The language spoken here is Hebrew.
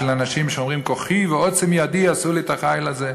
אנשים שאומרים: כוחי ועוצם ידי עשו לי את החיל הזה.